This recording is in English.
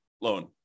loan